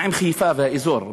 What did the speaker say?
מה עם חיפה והאזור?